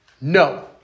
No